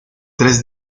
tres